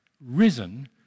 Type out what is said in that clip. risen